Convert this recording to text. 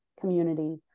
community